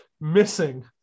missing